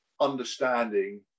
understanding